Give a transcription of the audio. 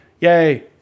yay